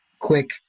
quick